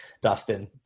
Dustin